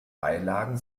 beilagen